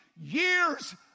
years